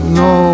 no